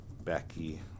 Becky